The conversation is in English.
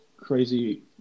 Crazy